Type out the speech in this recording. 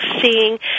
seeing